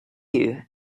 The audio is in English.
you